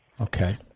Okay